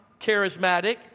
charismatic